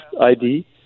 ID